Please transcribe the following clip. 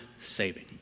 saving